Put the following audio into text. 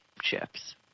chips